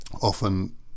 often